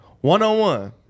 one-on-one